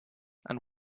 and